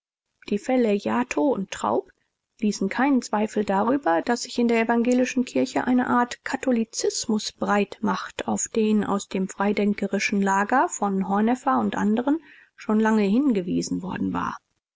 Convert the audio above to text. die fälle jatho und traub ließen keinen zweifel darüber daß sich in der evangelischen kirche eine art katholizismus breit macht auf den aus dem freidenkerischen lager von horneffer und anderen schon lange hingewiesen worden war